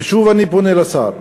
ושוב אני פונה לשר,